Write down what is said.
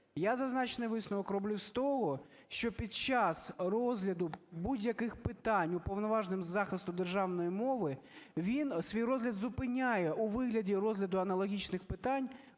Я зазначений висновок роблю з того, що під час розгляду будь-яких питань Уповноваженим із захисту державної мови він свій розгляд зупиняє у вигляді розгляду аналогічних питань